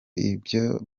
ibyo